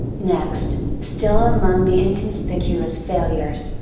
next, still among the inconspicuous failures,